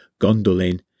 Gondolin